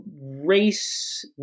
race